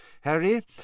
Harry